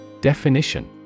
Definition